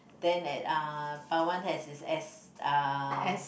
then at uh Pawan has his S uh